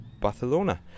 Barcelona